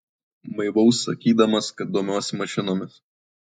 maivaus sakydamas kad domiuos mašinomis